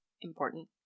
important